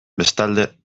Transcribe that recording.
bestalde